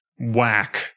whack